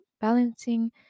balancing